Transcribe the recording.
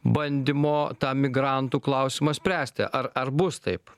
bandymo tą migrantų klausimą spręsti ar ar bus taip